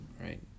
right